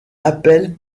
appel